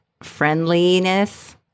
friendliness